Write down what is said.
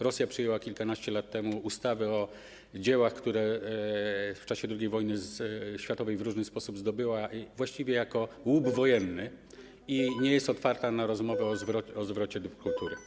Rosja przyjęła kilkanaście lat temu ustawę o dziełach, które w czasie II wojny światowej w różny sposób zdobyła właściwie jako łup wojenny, i nie jest otwarta na rozmowy o zwrocie dóbr kultury.